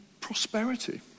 prosperity